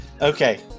Okay